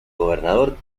gobernador